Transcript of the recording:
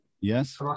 Yes